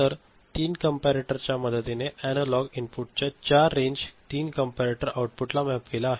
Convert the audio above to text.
तर 3 कंपेरेटर च्या मदतीने अनालॉग इनपुटच्या 4 रेंज़ 3 कंपॅराटोर आऊपुट ला मॅप केल्या आहेत